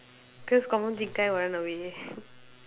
cause confirm Qing Kai will run away